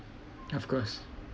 of course